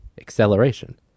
acceleration